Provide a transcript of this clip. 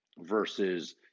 versus